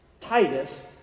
Titus